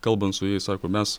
kalbant su jais sako mes